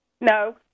No